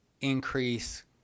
increase